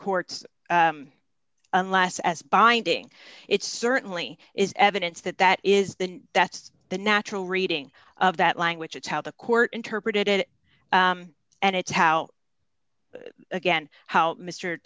courts unless as binding it certainly is evidence that that is the that's the natural reading of that language it's how the court interpreted it and it's how again how m